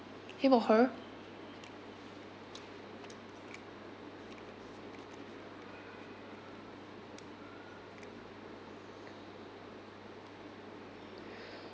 him or her